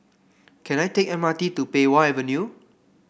can I take M R T to Pei Wah Avenue